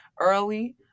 early